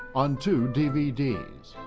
on two dvds,